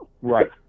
right